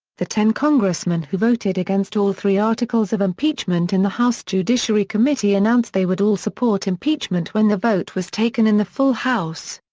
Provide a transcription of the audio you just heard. the ten congressmen who voted against all three articles of impeachment in the house judiciary committee announced they would all support impeachment when the vote was taken in the full house.